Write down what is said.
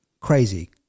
crazy